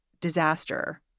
disaster